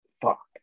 fuck